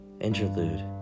Interlude